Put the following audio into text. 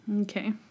Okay